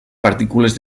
partícules